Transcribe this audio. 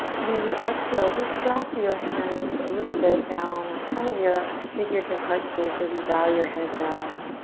and as you exhale, just drop your hands a little bit down in front of your figurative heart space as you bow your head down.